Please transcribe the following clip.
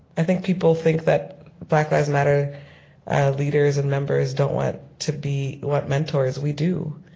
i think people think that black lives matter leaders and members don't want to be want mentors. we do.